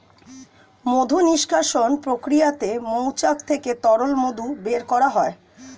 মধু নিষ্কাশণ প্রক্রিয়াতে মৌচাক থেকে তরল মধু বের করা হয়